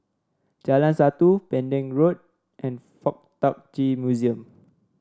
Jalan Satu Pending Road and FuK Tak Chi Museum